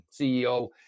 CEO